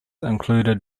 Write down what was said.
included